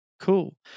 Cool